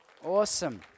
Awesome